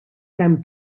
kemm